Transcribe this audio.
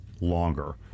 longer